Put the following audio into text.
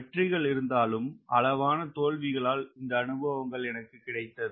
வெற்றிகள் இருந்தாலும் அளவான தோல்விகளால் இந்த அனுபவங்கள் எனக்கு கிடைத்தது